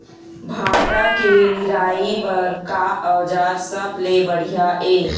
भांटा के निराई बर का औजार सबले बढ़िया ये?